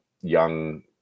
young